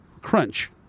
crunch